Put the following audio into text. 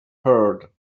heard